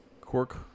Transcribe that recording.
cork